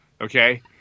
okay